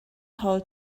hall